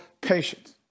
patience